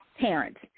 parents